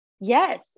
Yes